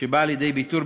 שבא לידי ביטוי,